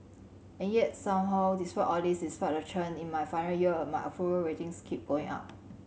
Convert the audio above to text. and yet somehow despite all this despite the churn in my final year my approval ratings keep going up